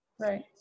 Right